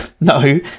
no